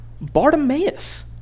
Bartimaeus